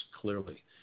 clearly